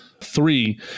three